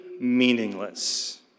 meaningless